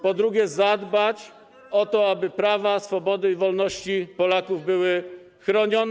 po drugie, zadbać o to, aby prawa, swobody i wolności Polaków były chronione.